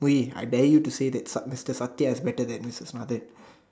Moo-Yee I dare you to say that fuck mister Sathiya is better than missus Nathan